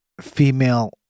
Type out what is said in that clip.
female